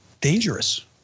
dangerous